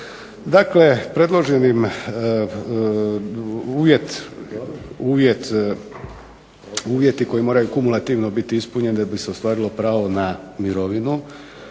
Dakle, predloženim uvjeti koji moraju kumulativno biti ispunjeni da bi se ostvarilo uvjete na mirovinu